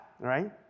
right